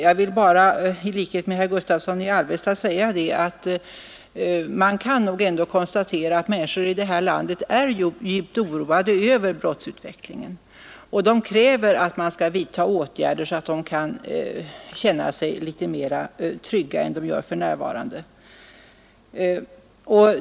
Jag vill bara i likhet med herr Gustavsson i Alvesta säga att man nog ändå kan konstatera att människor i det här landet är djupt oroade av brottsutvecklingen, och de kräver att man skall vidta åtgärder så att de kan känna sig litet tryggare än de gör för närvarande.